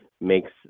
makes